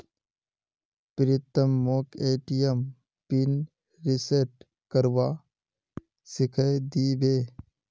प्रीतम मोक ATM PIN reset करवा सिखइ दी बे